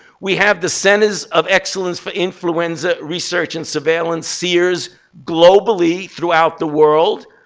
we have the centers of excellence for influenza research and surveillance, ceirs, globally throughout the world.